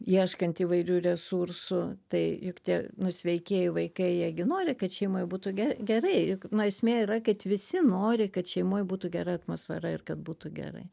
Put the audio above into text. ieškant įvairių resursų tai juk tie nu sveikieji vaikai jie gi nori kad šeimoj būtų ge gerai juk nu esmė yra kad visi nori kad šeimoj būtų gera atmosfera ir kad būtų gerai